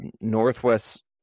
Northwest